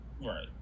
Right